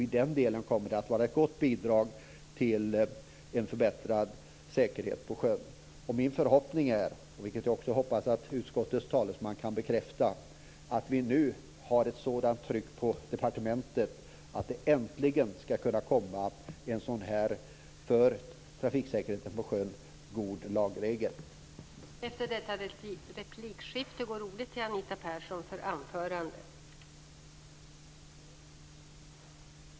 I den delen kommer det att vara ett gott bidrag till en förbättrad säkerhet på sjön. Min förhoppning är att vi nu har satt ett sådant tryck på departementet att det äntligen kommer en sådan för trafiksäkerheten på sjön god lagregel.